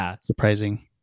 surprising